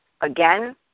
again